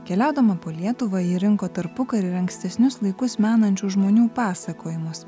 keliaudama po lietuvą ji rinko tarpukario ir ankstesnius laikus menančių žmonių pasakojimus